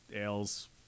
ales